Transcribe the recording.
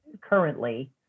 currently